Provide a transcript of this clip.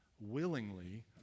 willingly